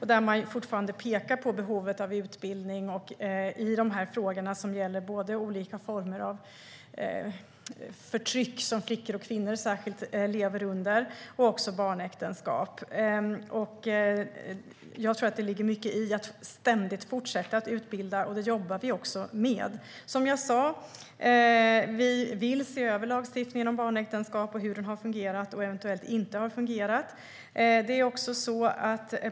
I rapporten pekar man på behovet av utbildning i frågor som gäller både olika former av förtryck, som särskilt flickor och kvinnor lever under, och också barnäktenskap. Jag tror att det ligger mycket i att ständigt fortsätta att utbilda, och det jobbar vi också med. Som jag sa vill vi se över lagstiftningen om barnäktenskap och hur den har fungerat och eventuellt inte har fungerat.